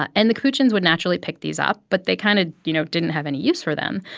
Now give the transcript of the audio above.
ah and the capuchins would, naturally, pick these up, but they kind of, you know, didn't have any use for them.